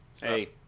Hey